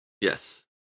Yes